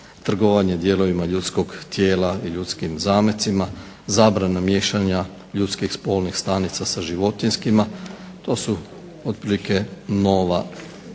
trgovanje dijelovima ljudskog tijela i ljudskim zamecima, zabrana miješanja ljudskih spolnih stanica sa životinjskima. To su otprilike nova kaznena